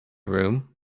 room